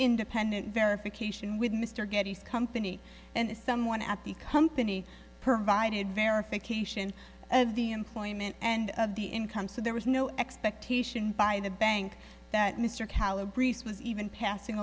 independent verification with mr getty's company and someone at the company provided verification of the employment and of the income so there was no expectation by the bank that mr calibers was even passing